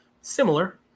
similar